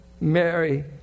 Mary